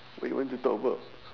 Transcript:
what you want to talk about